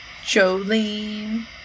Jolene